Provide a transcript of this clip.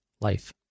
life